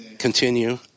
continue